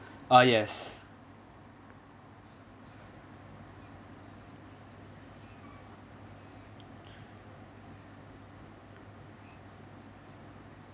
ah yes